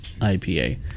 IPA